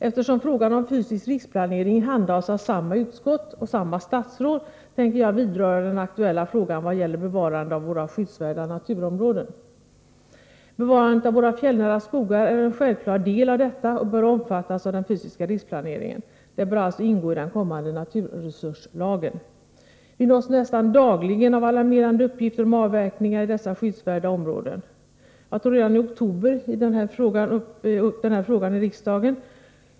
Eftersom frågan om fysisk riksplanering handhas av samma utskott och samma statsråd tänker jag vidröra den aktuella frågan i vad gäller bevarande av våra skyddsvärda naturområden. Bevarande av våra fjällnära skogar är en självklar del av detta och bör omfattas av den fysiska riksplaneringen. Detta bör alltså ingå i den kommande naturresurslagen. Vi nås nästan dagligen av alarmerande uppgifter om avverkning i dessa skyddsvärda områden. Jag tog redan i oktober i en fråga här i riksdagen upp denna avverkning.